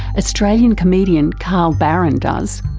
australian comedian carl barron does.